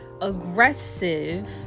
aggressive